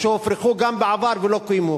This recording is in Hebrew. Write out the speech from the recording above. שהופרחו גם בעבר ולא קוימו.